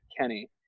Kenny